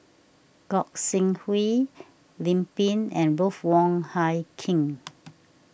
Gog Sing Hooi Lim Pin and Ruth Wong Hie King